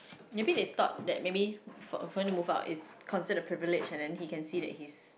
maybe they thought that maybe for for you to move on is consist of privilege and then he can see that he